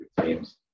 teams